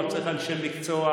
פה צריך אנשי מקצוע,